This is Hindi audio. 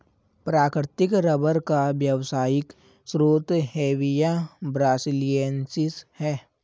प्राकृतिक रबर का व्यावसायिक स्रोत हेविया ब्रासिलिएन्सिस है